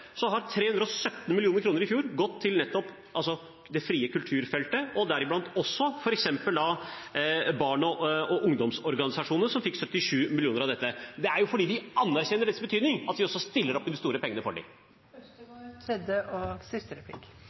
så har vi laget en annen ordning som gjelder frivillighet og idrett. I ordningen som gjelder frivillighet og idrett, har 317 mill. kr i fjor gått til nettopp det frie kulturfeltet og deriblant f.eks. barne- og ungdomsorganisasjoner, som fikk 77 mill. kr av dette. Det er fordi vi anerkjenner deres betydning at vi stiller opp med de store pengene for